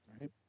Right